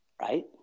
right